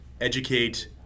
educate